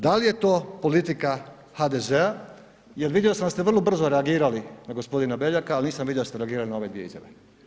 Da li je to politika HDZ-a jer vidio sam da ste vrlo brzo reagirali na g. Beljaka ali nisam vidio da ste reagirali na ove dvije izjave.